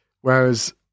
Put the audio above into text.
Whereas